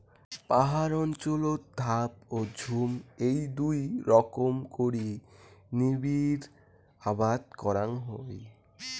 পাহাড় অঞ্চলত ধাপ ও ঝুম এ্যাই দুই রকম করি নিবিড় আবাদ করাং হই